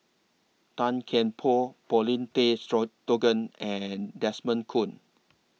Tan Kian Por Paulin Tay and Desmond Kon